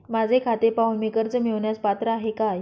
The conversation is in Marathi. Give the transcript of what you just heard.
माझे खाते पाहून मी कर्ज मिळवण्यास पात्र आहे काय?